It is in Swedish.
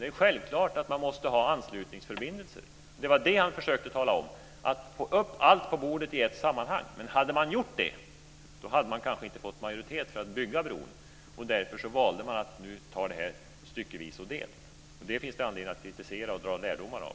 Det är självklart att man måste ha anslutningsförbindelser - det var det Olof Johansson försökta tala om. Han ville få upp allt på bordet i ett sammanhang. Men om man hade gjort det så hade man kanske inte fått majoritet för att bygga bron, och därför valde man att ta detta styckevis och delt. Det finns det anledning att kritisera och dra lärdomar av.